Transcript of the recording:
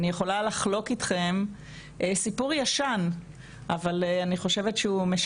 אני יכולה לחלוק אתכם סיפור ישן אבל אני חושבת שהוא משקף.